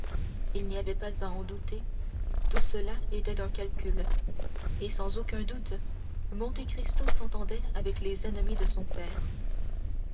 il n'y avait pas à en douter tout cela était un calcul et sans aucun doute monte cristo s'entendait avec les ennemis de son père